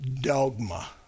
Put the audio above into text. dogma